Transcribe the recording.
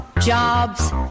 jobs